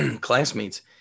classmates